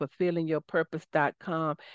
fulfillingyourpurpose.com